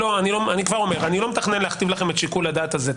אני כבר אומר: אני לא מתכנן להכתיב לכם את שיקול הדעת על זה.